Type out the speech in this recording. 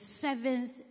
seventh